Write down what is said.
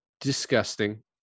disgusting